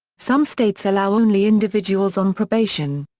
some states allow only individuals on probation.